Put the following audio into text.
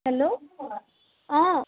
hello অঁ